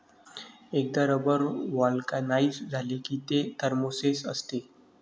एकदा rubber vulcanise झाले की ते थर्मोसेट असते